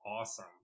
awesome